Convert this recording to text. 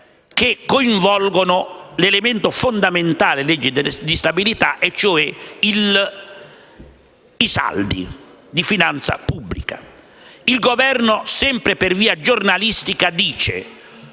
che coinvolgono l'elemento fondamentale della legge di stabilità, cioè i saldi di finanza pubblica. Il Governo, sempre per via giornalistica, dice,